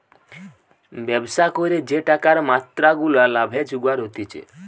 ব্যবসা করে যে টাকার মাত্রা গুলা লাভে জুগার হতিছে